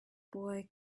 boy